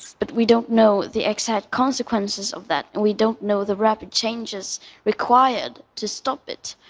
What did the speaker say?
but we don't know the exact consequences of that. and we don't know the rapid changes required to stop it.